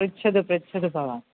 पृच्छतु पृच्छतु भवान्